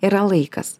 yra laikas